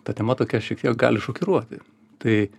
ta tema tokia šiek tiek gali šokiruoti tai